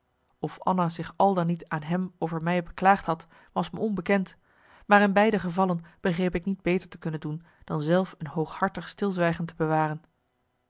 of anna zich al dan niet aan hem over mij beklaagd had was me onbekend maar in beide gevallen begreep ik niet better te kunnen doen dan zelf een hooghartig stilzwijgen te bewaren